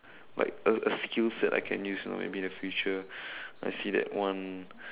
like a a skill set I can use you know maybe in the future I see like one